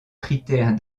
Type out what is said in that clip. critères